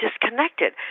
disconnected